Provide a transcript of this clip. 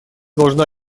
должна